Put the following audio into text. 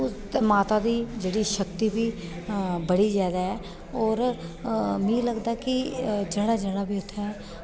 उस माता दी जेह्ड़ी शक्ति बी बड़ी जैदा ऐ होर मिगी लगदा कि जेह्ड़ा जेह्ड़ा बी उत्थें